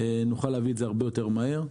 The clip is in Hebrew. נוכל להביא את זה הרבה יותר מהר.